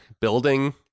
building